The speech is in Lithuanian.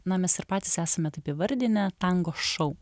na mes ir patys esame taip įvardinę tango šou